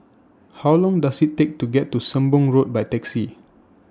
How Long Does IT Take to get to Sembong Road By Taxi